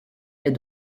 est